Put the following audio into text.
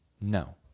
no